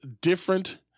different